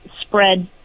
spread